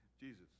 Jesus